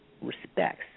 respects